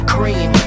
Cream